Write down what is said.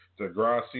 Degrassi